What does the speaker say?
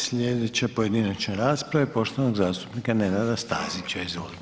Slijedeća pojedinačna rasprava je poštovanog zastupnika Nenada Stazića, izvolite.